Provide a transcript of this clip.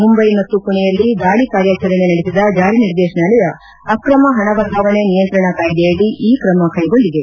ಮುಂಬೈ ಮತ್ತು ಪುಣೆಯಲ್ಲಿ ದಾಳಿ ಕಾರ್ಯಾಚರಣೆ ನಡೆಸಿದ ಜಾರಿ ನಿರ್ದೇಶನಾಲಯ ಅಕ್ರಮ ಹಣ ವರ್ಗಾವಣೆ ನಿಯಂತ್ರಣ ಕಾಯ್ಲೆಯಡಿ ಈ ಕ್ರಮ ಕೈಗೊಂಡಿದೆ